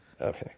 Okay